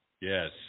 Yes